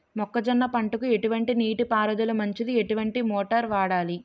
మొక్కజొన్న పంటకు ఎటువంటి నీటి పారుదల మంచిది? ఎటువంటి మోటార్ వాడాలి?